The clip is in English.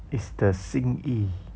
is the 心意